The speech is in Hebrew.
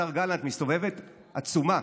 השר גלנט, מסתובבת עצומה